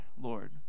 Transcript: Lord